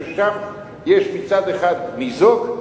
מפני ששם יש מצד אחד ניזוק,